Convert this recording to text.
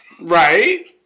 Right